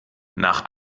nach